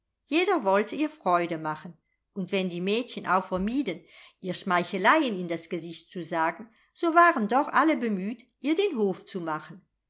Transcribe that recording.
jeder wollte ihr freude machen und wenn die mädchen auch vermieden ihr schmeicheleien in das gesicht zu sagen so waren doch alle bemüht ihr den hof zu machen